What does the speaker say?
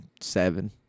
seven